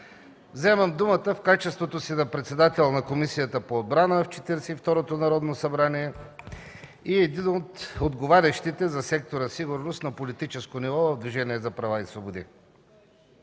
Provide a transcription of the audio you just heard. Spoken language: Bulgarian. Вземам думата в качеството си на председател на Комисията по отбрана в Четиридесет и второто Народно събрание и един от отговарящите за сектора „Сигурност” на политическо ниво в Движението за права и свободи.